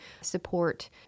support